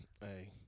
Hey